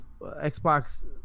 xbox